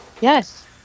Yes